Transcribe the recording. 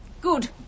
Good